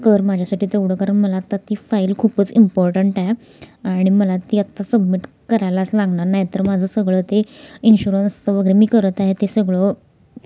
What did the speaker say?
कर माझ्यासाठी तेवढं कारण मला आत्ता ती फाईल खूपच इम्पॉर्टंट आहे आणि मला ती आत्ता सबमिट करायलाच लागणार नाही तर माझं सगळं ते इन्श्युरन्सचं वगैरे मी करत आहे ते सगळं